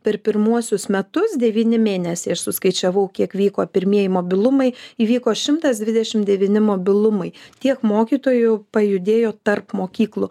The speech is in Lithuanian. per pirmuosius metus devyni mėnesiai aš suskaičiavau kiek vyko pirmieji mobilumai įvyko šimtas dvidešim devyni mobilumai tiek mokytojų pajudėjo tarp mokyklų